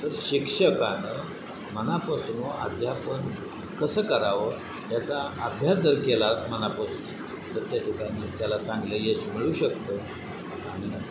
तर शिक्षकानं मनापासून अध्यापन कसं करावं याचा अभ्यास जर केला मनापासून तर त्या ठिकाणी त्याला चांगलं यश मिळू शकतं आणि